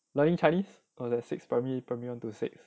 learning chinese or like six primary primary one to six